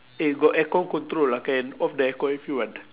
eh got aircon control lah can off the aircon if you want